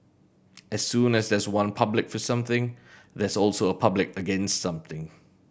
as soon as there's one public for something there's also a public against something